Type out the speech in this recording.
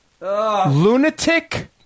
Lunatic